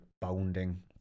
bounding